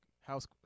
House